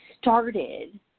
started